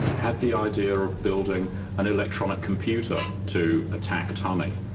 had the idea of building an electronic computer to attack tunny,